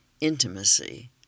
intimacy